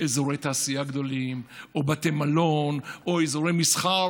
אזורי תעשייה גדולים או בתי מלון או אזורי מסחר